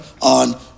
on